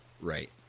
Right